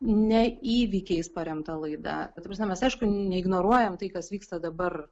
ne įvykiais paremta laida na ta prasme mes aišku neignoruojam tai kas vyksta dabar